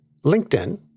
LinkedIn